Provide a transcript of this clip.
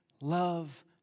love